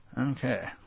Okay